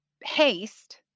haste